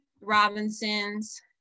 Robinsons